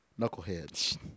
Knuckleheads